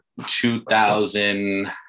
2000